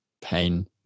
pain